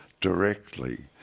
directly